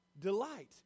Delight